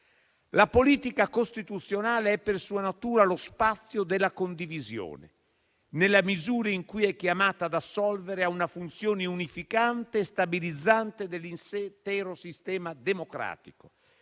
La politica costituzionale è, per sua natura, lo spazio della condivisione, nella misura in cui è chiamata ad assolvere a una funzione unificante e stabilizzante dell'intero sistema democratico,